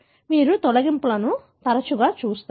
మీరు తొలగింపులను తరచుగా చూస్తారు